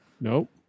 Nope